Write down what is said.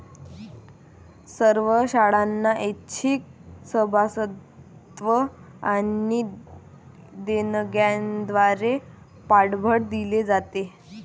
सर्व शाळांना ऐच्छिक सभासदत्व आणि देणग्यांद्वारे पाठबळ दिले जाते